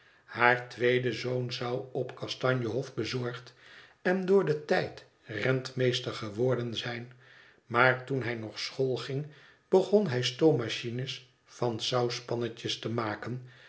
haar tweede zoon zou op kastanje hof bezorgd en door den tijd rentmeester geworden zijn maar toen hij nog school ging begon hij stoommachines van sauspannetjes te maken